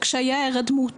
קשיי ההירדמות,